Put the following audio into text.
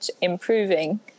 improving